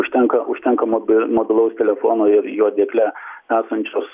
užtenka užtenka mobi mobilaus telefono ir jo dėkle esančios